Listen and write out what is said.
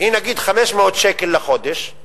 היא נגיד 500 שקל לחודש,